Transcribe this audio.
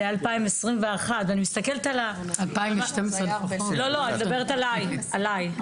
זה היה 2021. אני מדברת עליי,